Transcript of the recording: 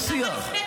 עוצרים.